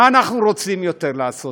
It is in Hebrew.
מה אנחנו רוצים יותר לעשות?